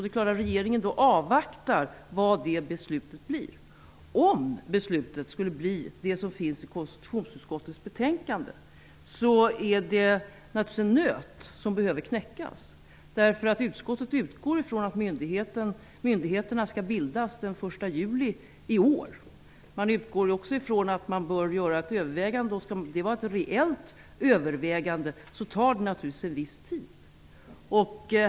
Det är klart att regeringen då avvaktar vad det beslutet blir. Om beslutet skulle bli det som föreslås i konstitutionsutskottets betänkande blir det naturligtvis en nöt som behöver knäckas. Utskottet utgår ifrån att myndigheterna skall bildas den 1 juli i år. Man utgår också ifrån att det bör ske ett övervägande. Om det skall vara ett reellt övervägande tar det en viss tid.